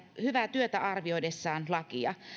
hyvää työtä arvioidessaan lakia